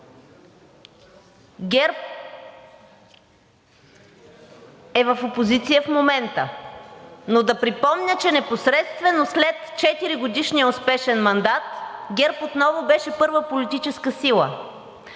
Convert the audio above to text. ГЕРБ е в опозиция в момента, но да припомня, че непосредствено след 4-годишния успешен мандат ГЕРБ отново беше първа политическа сила.